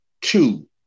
Two